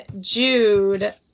Jude